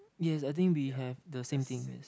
yes I think we have the same thing yes